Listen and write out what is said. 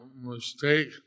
mistake